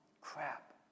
crap